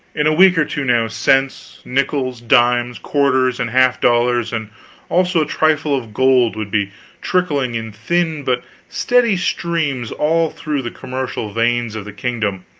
in a week or two now, cents, nickels, dimes, quarters, and half-dollars, and also a trifle of gold, would be trickling in thin but steady streams all through the commercial veins of the kingdom,